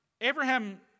Abraham